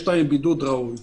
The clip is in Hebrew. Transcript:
יש להם בידוד ראוי.